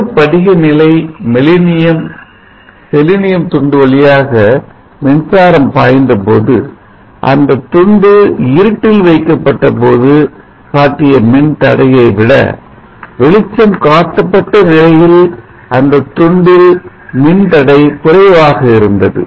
ஒரு படிக நிலை செலினியம் துண்டு வழியாக மின்சாரம் பாய்ந்த போது அந்தத் துண்டு இருட்டில் வைக்கப்பட்டபோது காட்டிய மின்தடையை விட வெளிச்சம் காட்டப்பட்டநிலையில் அந்தத் துண்டில் மின்தடை குறைவாக இருந்தது